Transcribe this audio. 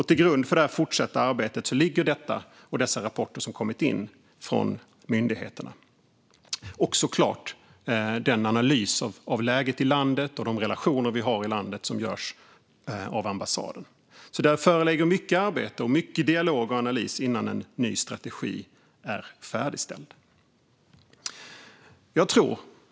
Till grund för det fortsatta arbetet ligger de rapporter som har kommit in från myndigheterna och såklart den analys av läget i landet och de relationer som vi har i landet som görs av ambassaden. Det föreligger alltså mycket arbete och mycket dialog och analys innan en ny strategi är färdigställd.